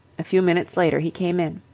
a few minutes later he came in.